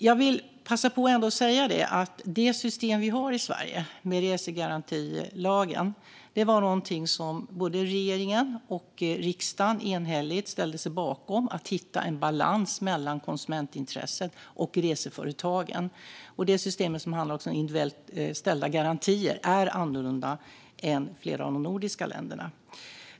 Jag vill passa på att säga att det system vi har i Sverige med resegarantilagen var någonting som både regeringen och riksdagen enhälligt ställde sig bakom för att hitta en balans mellan konsumentintresset och reseföretagens intressen. Detta system, som också handlar om individuellt ställda garantier, är annorlunda än vad som gäller i flera av de nordiska länderna.